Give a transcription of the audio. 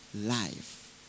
life